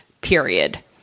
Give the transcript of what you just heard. period